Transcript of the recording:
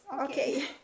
okay